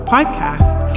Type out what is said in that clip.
Podcast